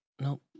nope